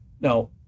Now